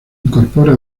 incorpora